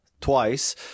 twice